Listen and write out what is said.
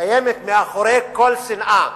קיימת מאחורי כל שנאה: